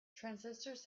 transistors